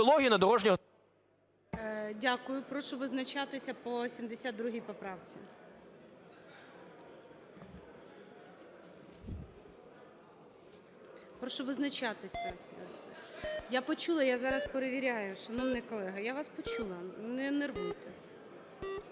Дякую. Прошу визначатися по 72 поправці. Прошу визначатися. Я почула, я зараз перевіряю. Шановний колего, я вас почула, не нервуйте.